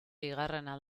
bigarrena